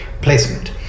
placement